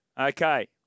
Okay